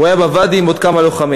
הוא היה בוואדי עם עוד כמה לוחמים.